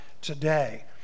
today